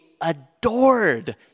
adored